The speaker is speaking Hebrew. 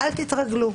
אל תתרגלו.